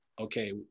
okay